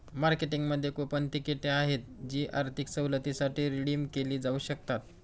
मार्केटिंगमध्ये कूपन तिकिटे आहेत जी आर्थिक सवलतींसाठी रिडीम केली जाऊ शकतात